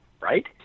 right